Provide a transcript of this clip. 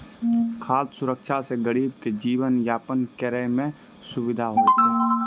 खाद सुरक्षा से गरीब के जीवन यापन करै मे सुविधा होय छै